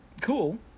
cool